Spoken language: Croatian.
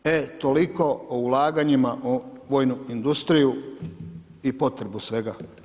E toliko o ulaganjima u vojnu industriju i potrebu svega.